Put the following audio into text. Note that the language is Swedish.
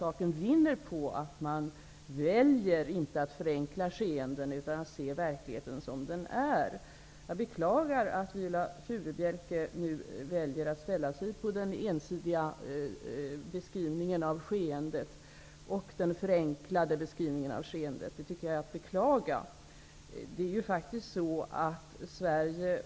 Saken vinner säkert på att man väljer att inte förenkla skeenden, utan se verkligheten som den är. Jag beklagar att Viola Furubjelke väljer att ställa sig på sidan för den ensidiga och förenklade beskrivningen av skeendet.